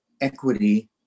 equity